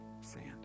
sand